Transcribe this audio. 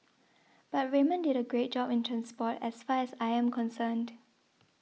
but Raymond did a great job in transport as far as I am concerned